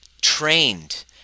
trained